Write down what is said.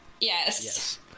Yes